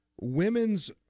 women's